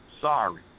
sorry